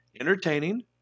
entertaining